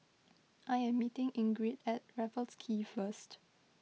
I am meeting Ingrid at Raffles Quay first